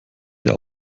der